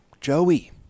Joey